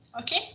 Okay